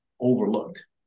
overlooked